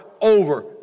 over